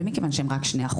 ומכיוון שהם רק 2%,